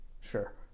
Sure